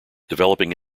developing